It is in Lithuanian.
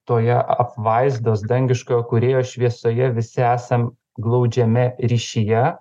toje apvaizdos dangiškojo kūrėjo šviesoje visi esam glaudžiame ryšyje